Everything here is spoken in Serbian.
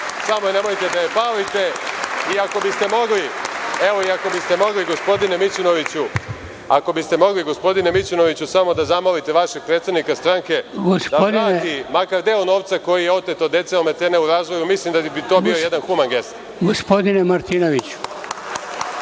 samo nemojte da je palite. Ako biste mogli, gospodine Mićunoviću, samo da zamolite vašeg predsednika stranke da vrati makar deo novca koji je otet od dece ometene u razvoju, mislim da bi to bio jedan human gest.